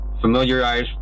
familiarize